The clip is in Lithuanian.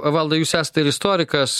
valdai jūs esat ir istorikas